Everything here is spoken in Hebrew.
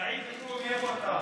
סעיד אלחרומי, איפה אתה?